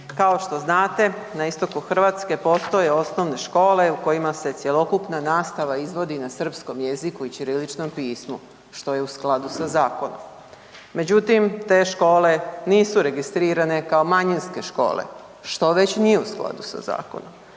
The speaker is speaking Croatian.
Kao što znate, na istoku Hrvatske, postoje osnovne škole u kojima se cjelokupna nastava izvodi na srpskom jeziku i ćiriličnom pismu, što je u skladu sa zakonom. Međutim, te škole nisu registrirane kao manjinske škole, što već nije u skladu sa zakonom.